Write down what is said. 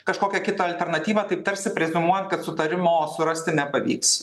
kažkokią kitą alternatyvą taip tarsi preziumuojant kad sutarimo surasti nepavyks